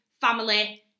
family